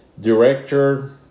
director